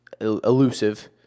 elusive